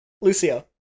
Lucio